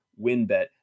WinBet